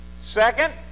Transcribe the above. second